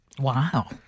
Wow